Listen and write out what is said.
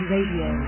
Radio